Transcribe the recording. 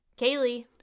Kaylee